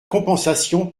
compensation